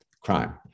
crime